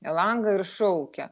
langą ir šaukia